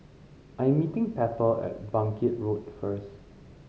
I am meeting Pepper at Bangkit Road first